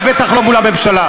ובטח לא מול הממשלה.